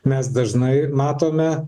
mes dažnai matome